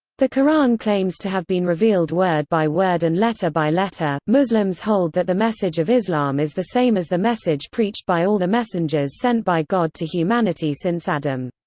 the qur'an claims to have been revealed word by word and letter by letter muslims hold that the message of islam is the same as the message preached by all the messengers sent by god to humanity since adam.